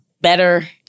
better